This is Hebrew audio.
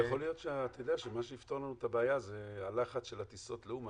אתה יודע שמה שיפתור לנו את הבעיה זה הלחץ של הטיסות לאומן,